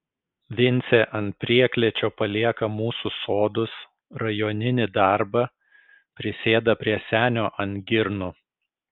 vincė ant prieklėčio palieka mūsų sodus rajoninį darbą prisėda prie senio ant girnų